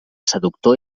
seductor